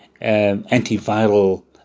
antiviral